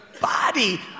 body